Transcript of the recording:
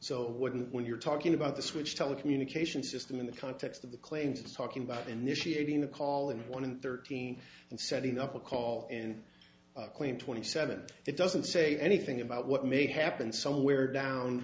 i wouldn't when you're talking about the switch telecommunications system in the context of the claims talking about initiating a call in one in thirteen and setting up a call and claim twenty seven it doesn't say anything about what may happen somewhere down